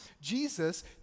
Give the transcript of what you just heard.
Jesus